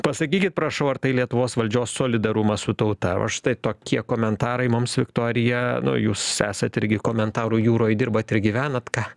pasakykit prašau ar tai lietuvos valdžios solidarumas su tauta o štai tokie komentarai mums viktorija nu jūs esat irgi komentarų jūroj dirbat ir gyvenat ką